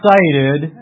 excited